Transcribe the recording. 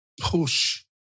push